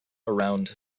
around